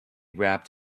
wrapped